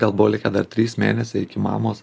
gal buvo likę dar trys mėnesiai iki mamos